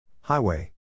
Highway